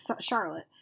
Charlotte